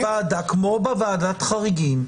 או שתהיה ועדה כמו בוועדת חריגים.